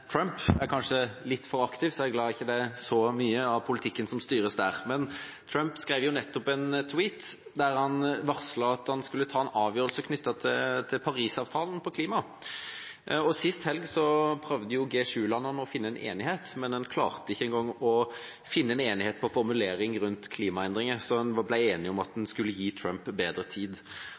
Trump skrev nettopp en «tweet» der han varslet at han skulle ta en avgjørelse knyttet til Paris-avtalen på klima. Sist helg prøvde G7-landene å komme fram til en enighet, men en klarte ikke engang å finne enighet om en formulering rundt klimaendringer, så en ble enig om å gi Trump bedre tid.